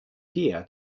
peer